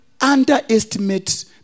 underestimate